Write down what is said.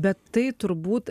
bet tai turbūt